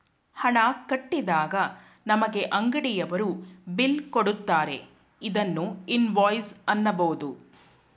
ಹಣ ಕಟ್ಟಿದಾಗ ನಮಗೆ ಅಂಗಡಿಯವರು ಬಿಲ್ ಕೊಡುತ್ತಾರೆ ಇದನ್ನು ಇನ್ವಾಯ್ಸ್ ಅನ್ನಬೋದು